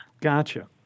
Gotcha